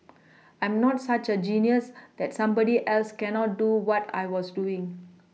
I'm not such a genius that somebody else cannot do what I was doing